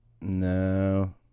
No